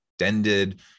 extended